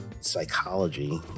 psychology